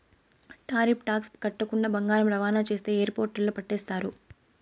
tariff tax కట్టకుండా బంగారం రవాణా చేస్తే ఎయిర్పోర్టుల్ల పట్టేస్తారు